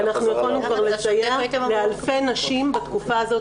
ואנחנו יכולנו כבר לסייע לאלפי נשים בתקופה הזאת.